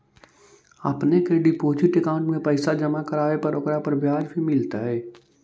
अपने के deposit account में पैसे जमा करवावे पर ओकरा पर ब्याज भी मिलतई